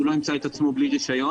הוא לא ימצא את עצמו בלי רישיון.